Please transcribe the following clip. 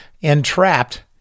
entrapped